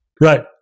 right